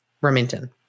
Remington